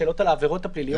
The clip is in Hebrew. שאלות על העבירות הפליליות.